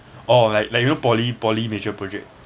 or like like you know poly poly major project